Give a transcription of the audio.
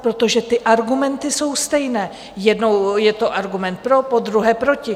Protože ty argumenty jsou stejné, jednou je to argument pro, podruhé proti.